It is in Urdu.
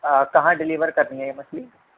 کہاں ڈیلیور کرنی ہے یہ مچھلی